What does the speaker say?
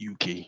uk